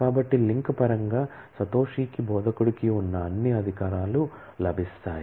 కాబట్టి లింక్ పరంగా సతోషికి బోధకుడికి ఉన్న అన్ని అధికారాలు లభిస్తాయి